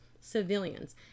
Civilians